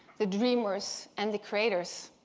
the dreamers, and the creators.